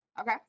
Okay